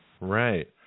Right